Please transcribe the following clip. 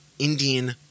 indian